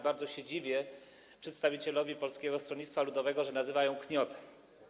Bardzo się dziwię przedstawicielowi Polskiego Stronnictwa Ludowego, że nazywa ją knotem.